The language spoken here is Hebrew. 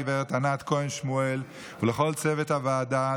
הגב' ענת כהן שמואל ולכל צוות הוועדה,